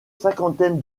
cinquantaine